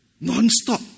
Non-stop